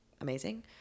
amazing